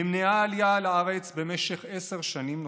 נמנעה העלייה לארץ במשך עשר שנים נוספות,